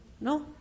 No